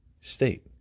state